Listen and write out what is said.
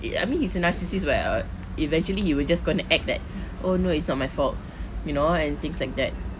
uh I mean he's a narcissist what uh eventually he will just gonna act that oh no it's not my fault you know and things like that